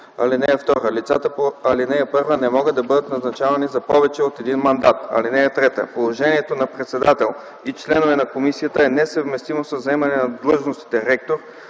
(2) Лицата по ал. 1 не могат да бъдат назначавани за повече от един мандат. (3) Положението на председател и членове на комисията е несъвместимо със заемане на длъжностите